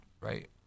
right